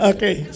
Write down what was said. Okay